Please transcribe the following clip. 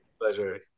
Pleasure